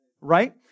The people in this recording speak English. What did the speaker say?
right